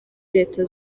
leta